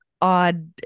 odd